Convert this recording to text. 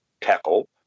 tackle